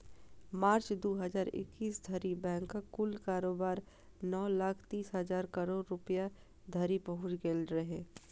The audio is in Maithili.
मार्च, दू हजार इकैस धरि बैंकक कुल कारोबार नौ लाख तीस हजार करोड़ रुपैया धरि पहुंच गेल रहै